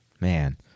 Man